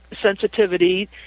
sensitivity